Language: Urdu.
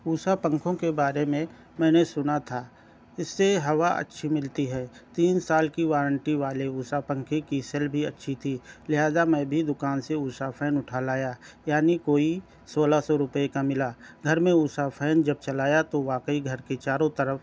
اوشا پنکھوں کے بارے میں میں نے سنا تھا اس سے ہوا اچھی ملتی ہے تین سال کی وارنٹی والے اوشا پنکھے کی سیل بھی اچھی تھی لہٰذا میں بھی دوکان سے اوشا فین اٹھا لایا یعنی کوئی سولہ سو روپئے کا ملا گھر میں اوشا فین جب چلایا تو واقعی گھر کے چاروں طرف